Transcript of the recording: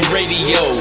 Radio